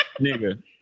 Nigga